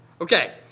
Okay